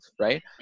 right